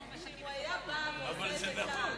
אבל זה נכון.